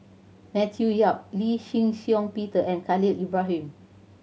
Matthew Yap Lee Shih Shiong Peter and Khalil Ibrahim